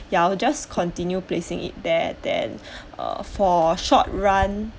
ya I will just continue placing it there then uh for short run